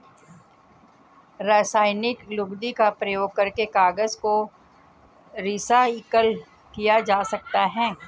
रासायनिक लुगदी का प्रयोग करके कागज को रीसाइकल किया जा सकता है